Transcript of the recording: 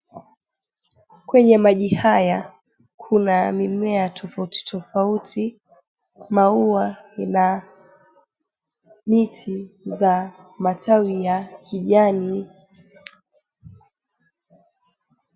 Kwenye maji haya kuna mimea tofauti tofauti, maua na miti za matawi ya kijani.